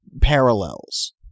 parallels